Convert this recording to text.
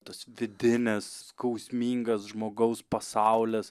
tas vidinis skausmingas žmogaus pasaulis